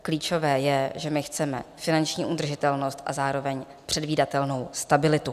Klíčové je, že my chceme finanční udržitelnost a zároveň předvídatelnou stabilitu.